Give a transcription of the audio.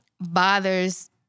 bothers